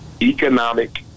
economic